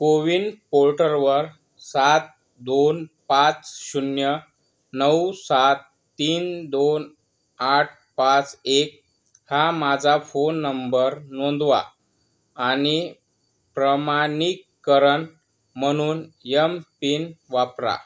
कोविन पोर्टलवर सात दोन पाच शून्य नऊ सात तीन दोन आठ पाच एक हा माझा फोन नंबर नोंदवा आणि प्रमाणीकरण म्हणून एमपिन वापरा